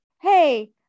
Hey